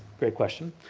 great question,